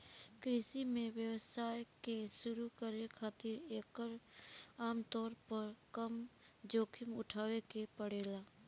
कृषि में व्यवसाय के शुरू करे खातिर एकर आमतौर पर कम जोखिम उठावे के पड़ेला